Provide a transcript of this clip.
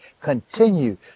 continue